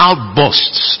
Outbursts